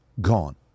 gone